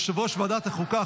יושב-ראש ועדת החוקה,